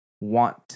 want